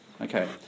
Okay